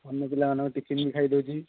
ଅନ୍ୟ ପିଲାମାନଙ୍କ ଟିଫିନ୍ ବି ଖାଇ ଦେଉଛି